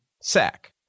sack